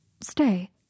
stay